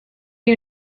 you